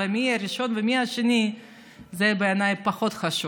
ומי יהיה הראשון ומי יהיה השני זה בעיניי פחות חשוב.